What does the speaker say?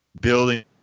building